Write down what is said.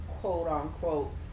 quote-unquote